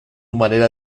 manera